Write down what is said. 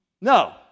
No